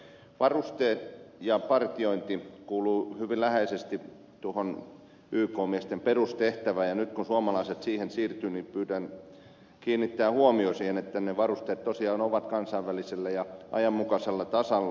varusteet ja partiointi kuuluvat hyvin läheisesti tuohon yk miesten perustehtävään ja nyt kun suomalaiset siihen siirtyvät niin pyydän kiinnittämään huomiota siihen että ne varusteet tosiaan ovat kansainvälisellä ja ajanmukaisella tasolla